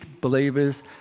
believers